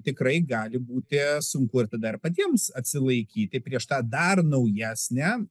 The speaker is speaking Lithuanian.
tikrai gali būti sunku ir tada ir patiems atsilaikyti prieš tą dar naujesnę